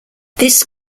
this